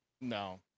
no